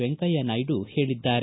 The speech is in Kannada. ವೆಂಕಯ್ಯ ನಾಯ್ದು ಹೇಳಿದ್ದಾರೆ